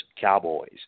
Cowboys